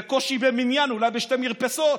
בקושי במניין, אולי בשתי מרפסות.